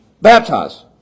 baptize